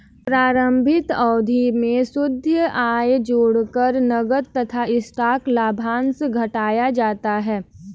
प्रारंभिक अवधि में शुद्ध आय जोड़कर नकद तथा स्टॉक लाभांश घटाया जाता है